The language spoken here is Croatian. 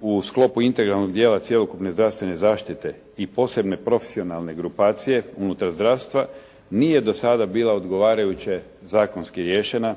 u sklopu integralnog dijela cjelokupne zdravstvene zaštite i posebne profesionalne grupacije unutar zdravstva nije do sada bila odgovarajuće zakonski riješena,